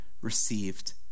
received